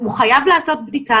הוא חייב לעשות בדיקה.